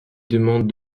demande